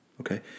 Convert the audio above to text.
Okay